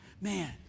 Man